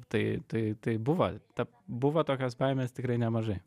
tai tai tai buvo ta buvo tokios baimės tikrai nemažai